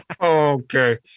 Okay